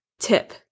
tip